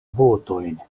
botojn